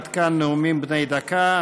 עד כאן נאומים בני דקה.